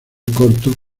corto